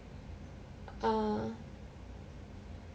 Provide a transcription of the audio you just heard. err